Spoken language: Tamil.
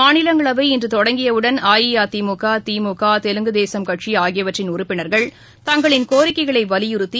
மாநிலங்களவை இன்று தொடங்கியவுடன் அஇஅதிமுக திமுக தெலுங்கு தேசம் கட்சி ஆகியவற்றின் உறுப்பினர்கள் தங்களின் கோரிக்கைகளை வலிபுறுத்தி